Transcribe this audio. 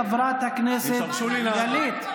חברת הכנסת גלית,